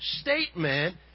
statement